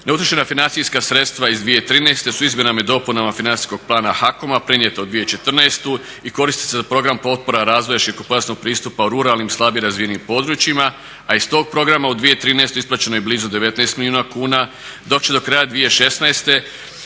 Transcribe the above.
Neutrošena financijska sredstva iz 2013. sa izmjena i dopunama Financijskog plana HAKOM-a prenijeta u 2014. i koristi se za program potpora razvoja širokopojasnog pristupa ruralnim, slabije razvijenim područjima. A iz tog programa u 2013. isplaćeno je blizu 19 milijuna kuna dok će do kraja 2016.